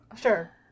Sure